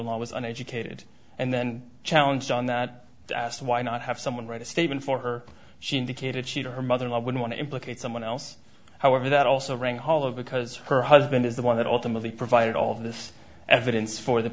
in law was an educated and then challenge on that i asked why not have someone write a statement for her she indicated she or her mother and i would want to implicate someone else however that also rang hollow because her husband is the one that ultimately provided all of this evidence for the